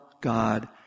God